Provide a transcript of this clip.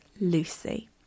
Lucy